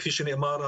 כפי שנאמר,